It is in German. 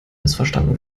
missverstanden